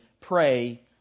pray